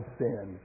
sin